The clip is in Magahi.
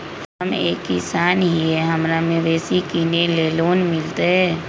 हम एक किसान हिए हमरा मवेसी किनैले लोन मिलतै?